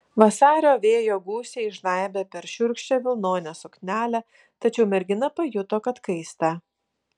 vasario vėjo gūsiai žnaibė per šiurkščią vilnonę suknelę tačiau mergina pajuto kad kaista